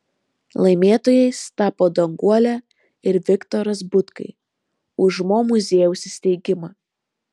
laimėtojais tapo danguolė ir viktoras butkai už mo muziejaus įsteigimą